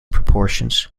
proportions